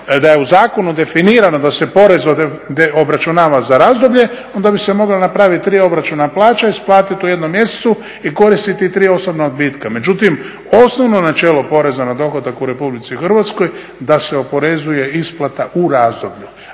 da je u zakonu definirano da se porez obračunava za razdoblje, onda bi se mogla napraviti tri obračuna plaća, isplatiti u jednom mjesecu i koristiti tri osobna odbitka. Međutim, osnovno načelo poreza na dohodak u Republici Hrvatskoj da se oporezuje isplata u razdoblju,